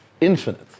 infinite